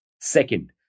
Second